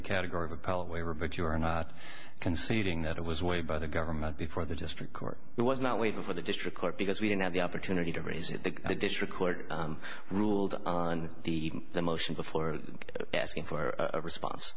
category of a poll we were but you are not conceding that it was way by the government before the district court it was not waiting for the district court because we didn't have the opportunity to raise it the district court ruled on the the motion before asking for a response